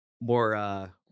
more